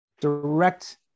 direct